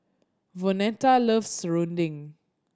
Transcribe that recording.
Vonetta loves serunding